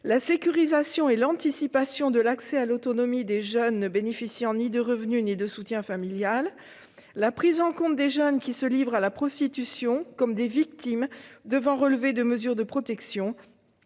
la sécurisation et l'anticipation de l'accès à l'autonomie des jeunes ne bénéficiant ni de revenus ni de soutien familial, la prise en compte des jeunes qui se livrent à la prostitution comme des victimes devant relever de mesures de protection,